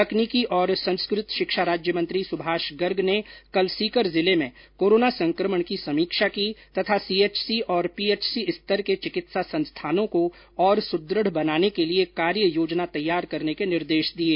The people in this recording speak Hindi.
तकनीकी और संस्कृत शिक्षा राज्यमंत्री सुभाष गर्ग ने कल सीकर जिले में कोरोना संक्रमण की समीक्षा की तथा सीएचसी और पीएचसी स्तर के चिकित्सा संस्थाओं को और सुदृढ बनाने के लिए कार्य योजना तैयार करने के निर्देश दिये